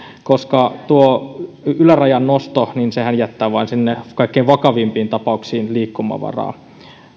koska ylärajan nosto jättää vaan sinne kaikkein vakavimpiin tapauksiin liikkumavaraa